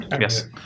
Yes